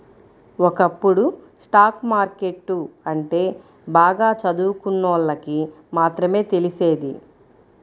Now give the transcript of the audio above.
ఒకప్పుడు stock market అంటే బాగా చదువుకున్నోళ్ళకి మాత్రమే తెలిసేది